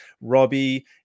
Robbie